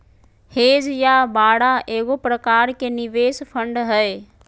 hedge या बाड़ा एगो प्रकार के निवेश फंड हय